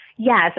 Yes